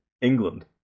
england